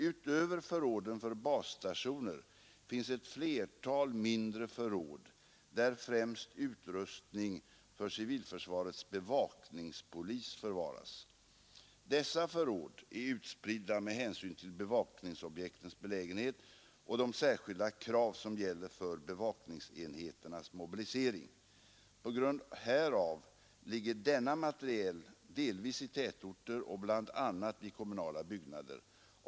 Utöver förråden för basstationer finns ett flertal mindre förråd där främst utrustning för civilförsvarets bevakningspolis förvaras. Dessa förråd är utspridda med hänsyn till bevakningsobjektens belägenhet och de särskilda krav som gäller för bevakningsenheternas mobilisering. På grund härav ligger denna materiel delvis i tätorter och bl.a. i kommunala byggnader.